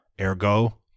Ergo